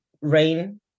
Rain